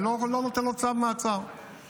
אני לא נותן לו צו מעצר מינהלי,